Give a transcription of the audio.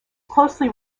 closely